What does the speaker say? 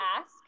ask